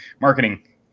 marketing